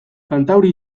kantauri